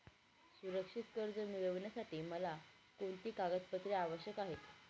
सुरक्षित कर्ज मिळविण्यासाठी मला कोणती कागदपत्रे आवश्यक आहेत